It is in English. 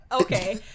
Okay